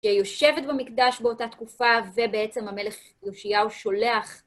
שיושבת במקדש באותה תקופה, ובעצם המלך יהושיהו שולח